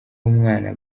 umwana